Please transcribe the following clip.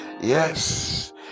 Yes